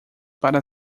para